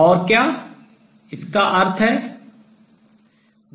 और क्या इसका अर्थ है